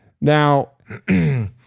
Now